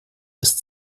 ist